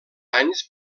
anys